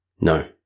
No